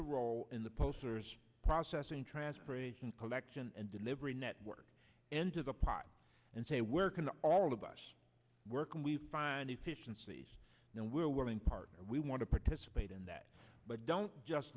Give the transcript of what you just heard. a role in the poster's processing transpiration collection and delivery network into the pot and say where can all of us work when we find efficiencies and we're willing partner we want to participate in that but don't just